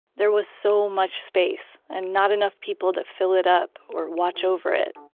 there was so much space and not enough people to fill it up or watch over it.